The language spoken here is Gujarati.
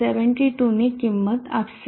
72 ની કિંમત આપશે